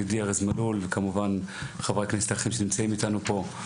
ידידי ארז מלול וכמובן חברי הכנסת האחרים שנמצאים איתנו פה.